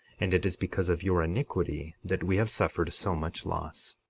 and it is because of your iniquity that we have suffered so much loss.